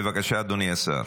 בבקשה, אדוני השר.